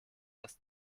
das